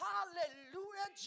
Hallelujah